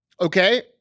Okay